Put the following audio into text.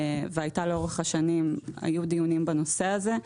ולאורך השנים היו דיונים בנושא הזה,